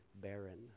barren